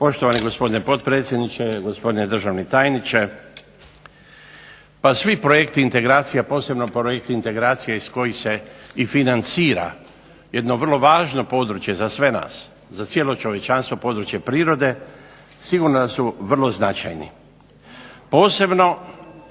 Poštovani gospodine potpredsjedniče, gospodine državni tajniče. Pa svi projekti integracija posebno projekt integracije iz kojeg se i financira jedno vrlo važno područje za sve nas, za cijelo čovječanstvo područje prirode sigurno da su vrlo značajni. Posebno